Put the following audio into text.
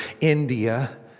India